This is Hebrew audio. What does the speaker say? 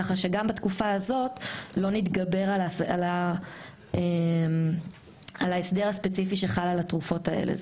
ככה שגם בתקופה הזאת לא נתגבר על ההסדר הספציפי שחל על התרופות האלה.